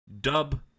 dub